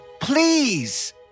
please